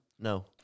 No